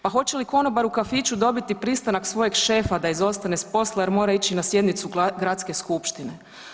Pa hoće li konobar u kafiću dobiti pristanak svojeg šefa da izostane s posla jer mora ići na sjednicu gradske skupštine?